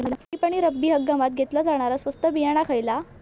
खरीप आणि रब्बी हंगामात घेतला जाणारा स्वस्त बियाणा खयला?